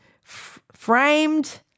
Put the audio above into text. framed